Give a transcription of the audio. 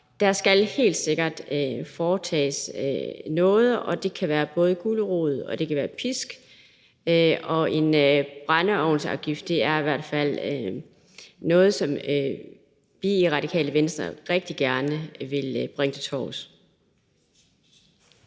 der skal helt sikkert foretages noget, og det kan både være noget med gulerod og pisk, og en brændeovnsafgift er i hvert fald noget, som vi i Radikale Venstre rigtig gerne vil bringe til torvs.